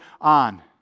on